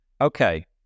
Okay